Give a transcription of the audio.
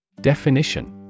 Definition